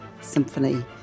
symphony